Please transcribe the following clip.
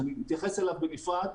שאתייחס אליו בנפרד,